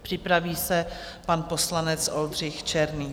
Připraví se pan poslanec Oldřich Černý.